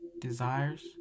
desires